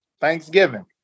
Thanksgiving